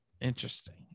Interesting